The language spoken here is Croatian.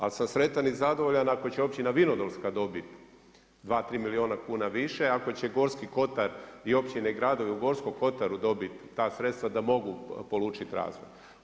Ali sam sretan ili zadovoljan ako će općina Vinodolska dobiti 2, 3 milijuna kuna više, ako će Gorski kotar i općine i gradovi u Gorskom kotaru dobiti ta sredstva da mogu polučiti razvoj.